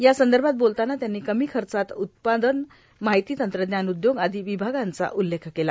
या संदर्भात बोलतांना त्यांनी कमी खर्चिक उत्पादन माहिती तंत्रज्ञान उद्योग आदी विभागांचा उल्लेख केला